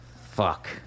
Fuck